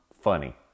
funny